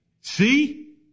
See